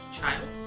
child